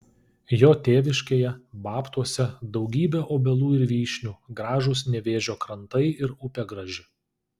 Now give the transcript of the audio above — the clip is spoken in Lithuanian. jo tėviškėje babtuose daugybė obelų ir vyšnių gražūs nevėžio krantai ir upė graži